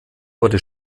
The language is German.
wurde